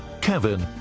kevin